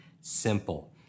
simple